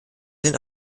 sind